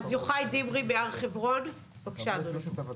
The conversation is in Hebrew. אז יוחאי דברי מהר חברון, בבקשה, אדוני.